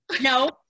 no